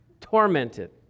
tormented